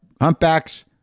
humpbacks